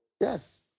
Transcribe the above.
Yes